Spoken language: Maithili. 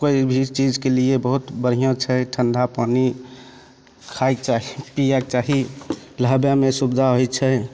कोइ भी चीजके लिए बहुत बढ़िआँ छै ठण्डा पानि खाइ चाही पीयैके चाही लहबइमे सुविधा होइ छै